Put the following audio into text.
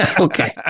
Okay